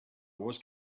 wars